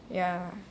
ya